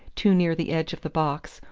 too near the edge of the box,